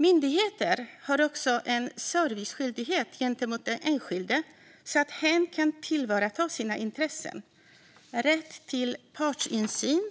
Myndigheter har också en serviceskyldighet gentemot den enskilde så att hen kan tillvarata sina intressen. Rätten till partsinsyn